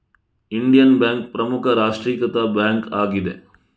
Indian Bank ಪ್ರಮುಖ ರಾಷ್ಟ್ರೀಕೃತ bank ಆಗಿದೆ